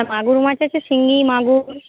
মাগুর মাছ আছে শিঙ্গি মাগুর